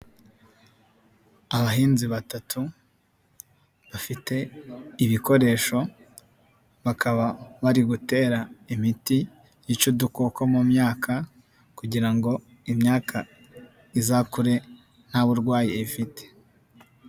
Abahinzi batatu bafite ibikoresho, bakaba bari gutera imiti yica udukoko mu myaka kugira ngo imyaka izakure nta burwayi ifite.